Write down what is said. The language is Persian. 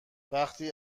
وقتی